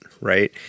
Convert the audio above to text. right